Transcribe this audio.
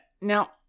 Now